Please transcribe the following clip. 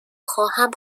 خواهم